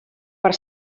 per